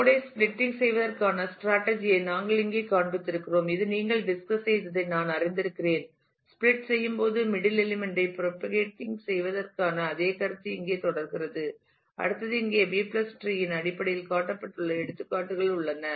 note ஐ splitting செய்வதற்கான strategy ஐ நாங்கள் இங்கே காண்பித்திருக்கிறோம் இது நீங்கள் டிஸ்கஸ் செய்ததை நான் அறிந்திருக்கிறேன் ஸ்பிலிட் செய்யும்போது மிடில் எலிமெண்ட் ஐ புறப்பகேட்டின் செய்வதற்கான அதே கருத்து இங்கே தொடர்கிறது அடுத்தது இங்கே B டிரீB treeஇன் அடிப்படையில் காட்டப்பட்டுள்ள எடுத்துக்காட்டுகள் உள்ளன